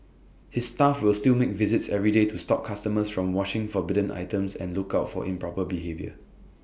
his staff will still make visits every day to stop customers from washing forbidden items and look out for improper behaviour